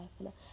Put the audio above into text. life